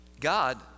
God